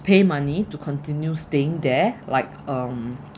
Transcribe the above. pay money to continue staying there like um